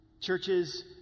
Churches